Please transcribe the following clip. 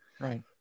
Right